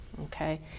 okay